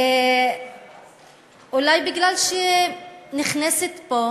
אולי כי נכנסת פה